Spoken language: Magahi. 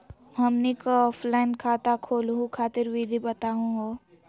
हमनी क ऑफलाइन खाता खोलहु खातिर विधि बताहु हो?